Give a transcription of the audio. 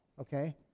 Okay